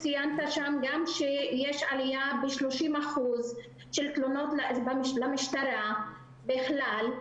ציינת גם שיש עלייה ב-30% של תלונות למשטרה בכלל,